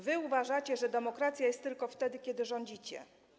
Wy uważacie, że demokracja jest tylko wtedy, kiedy rządzicie.